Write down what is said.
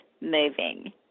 moving